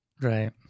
Right